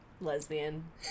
Lesbian